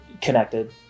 connected